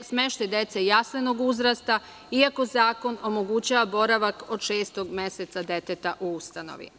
smeštaj dece jaslenog uzrasta, iako zakon omogućava boravak od šestog meseca deteta u ustanovi.